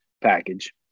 package